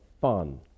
fun